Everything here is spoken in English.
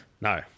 No